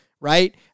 Right